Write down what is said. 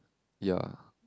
ya